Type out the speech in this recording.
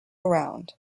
around